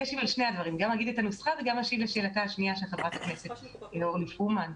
אומר את הנוסחה וגם אשיב לשאלתה של חברת הכנסת פרומן.